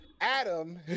Adam